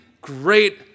great